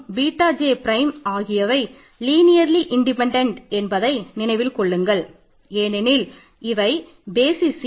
beta L